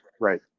Right